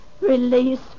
Release